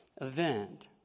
event